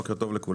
בוקר טוב לכולם.